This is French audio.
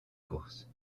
course